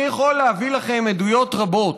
אני יכול להביא לכם עדויות רבות.